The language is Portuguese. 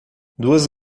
duas